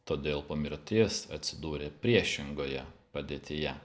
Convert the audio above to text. todėl po mirties atsidūrė priešingoje padėtyje